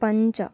पञ्च